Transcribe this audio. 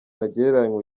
ntagereranywa